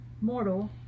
Mortal